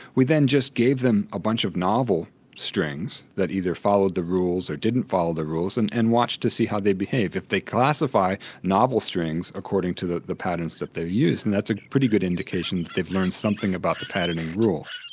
we then just gave them a bunch of novel strings that either followed the rules or didn't follow the rules, and and watched to see how they behave. if they classify novel strings according to the the patterns that they used, then and that's a pretty good indication that they've learned something about the patterning rule.